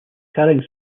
carrying